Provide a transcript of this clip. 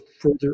further